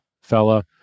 fella